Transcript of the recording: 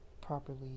properly